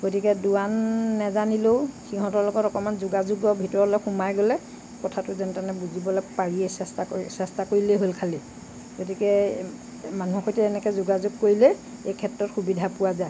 গতিকে দোৱান নাজানিলেও সিহঁতৰ লগত অকণমান যোগাযোগৰ ভিতৰলৈ সোমাই গ'লে কথাটো যেনতেনে বুজিবলৈ পাৰিয়েই চেষ্টা কৰি চেষ্টা কৰিলেই হ'ল খালি গতিকে মানুহৰ সৈতে এনেকৈ যোগাযোগ কৰিলে এই ক্ষেত্ৰত সুবিধা পোৱা যায়